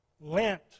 Lent